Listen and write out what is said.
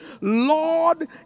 Lord